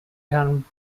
herrn